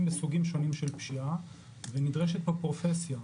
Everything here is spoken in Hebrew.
בסוגים שונים של פשיעה ונדרשת פה פרופסיה.